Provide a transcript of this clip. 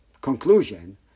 conclusion